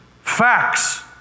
Facts